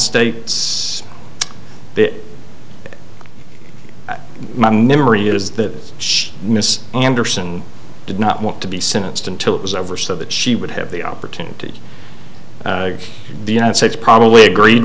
states bit my memory is that miss anderson did not want to be sentenced until it was over so that she would have the opportunity the united states probably agreed